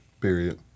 Period